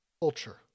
culture